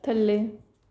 ਥੱਲੇ